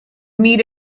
meet